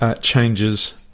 changes